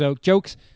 jokes